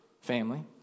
family